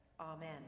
Amen